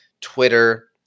Twitter